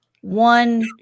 one